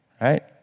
Right